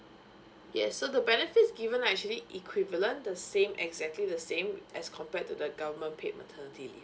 yes so the benefits given are actually equivalent the same exactly the same as compared to the government paid maternity leave